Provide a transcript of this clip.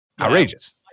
outrageous